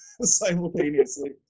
simultaneously